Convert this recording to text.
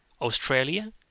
Australia